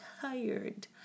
tired